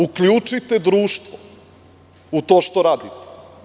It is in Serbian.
Uključite društvo u to što radite.